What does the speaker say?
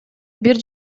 бир